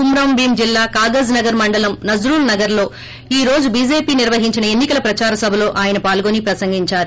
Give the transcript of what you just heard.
కుమ్రంభీం జిల్లా కాగజ్నగర్ మండలం నజ్రల్ నగర్లో ఈ రోజు చీజేపీ నిర్వహించిన ఎన్ని కల ప్రదార సభలో ఆయన పాల్గొని ప్రసంగించారు